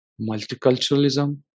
multiculturalism